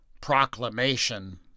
proclamation